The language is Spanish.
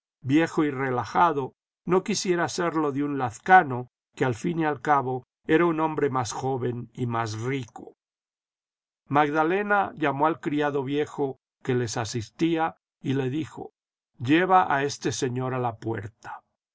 viejo y relajado no quisiera serlo de un lazcano que al fin y al cabo era un hombre más joven y más rico magdalena llamó al criado viejo que les asistía y le dijo lleva a este señor a la puerta